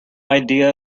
idea